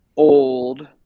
Old